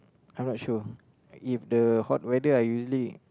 I not sure if the hot weather I usually